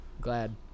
Glad